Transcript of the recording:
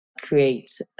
create